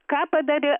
ką padarė